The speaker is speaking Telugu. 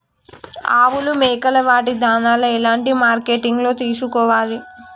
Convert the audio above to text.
ఆవులు మేకలు వాటి దాణాలు ఎలాంటి మార్కెటింగ్ లో తీసుకోవాలి?